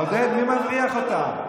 אוקיי, מי הבריח אותם?